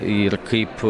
ir kaip